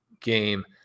game